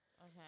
Okay